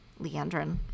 Leandrin